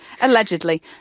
Allegedly